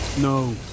No